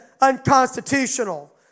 unconstitutional